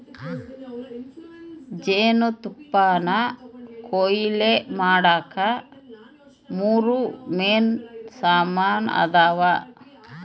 ಜೇನುತುಪ್ಪಾನಕೊಯ್ಲು ಮಾಡಾಕ ಮೂರು ಮೇನ್ ಸಾಮಾನ್ ಅದಾವ